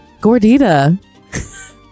Gordita